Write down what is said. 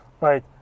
Right